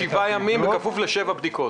שבעה ימים בכפוף לשבע בדיקות.